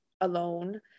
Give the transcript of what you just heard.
alone